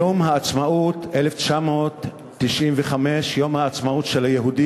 יום העצמאות 1995, יום העצמאות של היהודים,